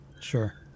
sure